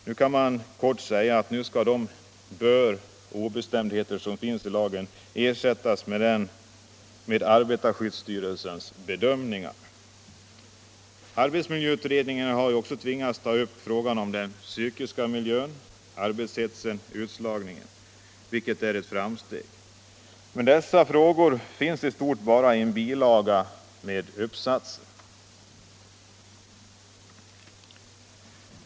Nu kan man kort säga att dessa ”bör” och andra obestämdheter i lagen skall ersättas med arbetarskyddsstyrelsens bedömningar. Arbetsmiljöutredningen har också tvingats ta upp frågan om den psykiska miljön, arbetshetsen och utslagningen, vilket är ett framsteg. Men dessa frågor finns i stort bara i en bilaga med uppsatser.